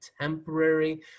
temporary